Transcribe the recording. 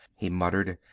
he muttered,